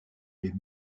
les